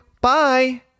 Bye